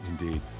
Indeed